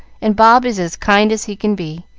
and bob is as kind as he can be.